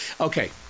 okay